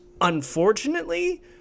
Unfortunately